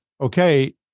okay